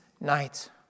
night